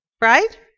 right